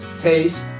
taste